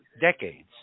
decades